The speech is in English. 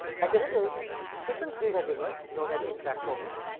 as a result different field has emerged known as interactomics,